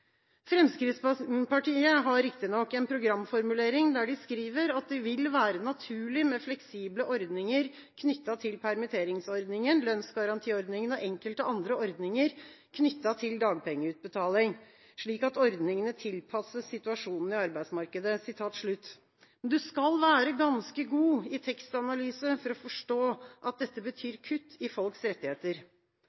Fremskrittspartiet har riktignok en programformulering der de skriver at «det vil være naturlig med fleksible ordninger knyttet til permitteringsordningen, lønnsgarantiordningen, og enkelte andre ordninger knyttet til dagpengeutbetaling, slik at ordningene tilpasses situasjonen i arbeidsmarkedet». Men du skal være ganske god i tekstanalyse for å forstå at dette